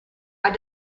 are